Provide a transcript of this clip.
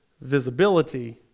visibility